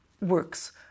works